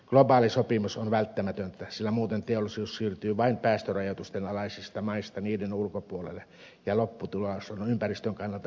globaali sopimus on välttämätöntä sillä muuten teollisuus siirtyy vain päästörajoitusten alaisista maista niiden ulkopuolelle ja lopputulos on ympäristön kannalta jotakuinkin sama